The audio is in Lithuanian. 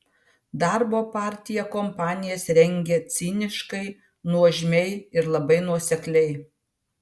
darbo partija kampanijas rengia ciniškai nuožmiai ir labai nuosekliai